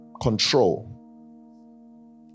Control